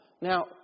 Now